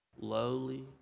lowly